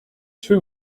two